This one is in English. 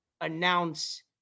announce